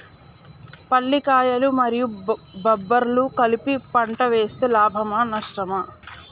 పల్లికాయలు మరియు బబ్బర్లు కలిపి పంట వేస్తే లాభమా? నష్టమా?